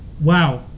Wow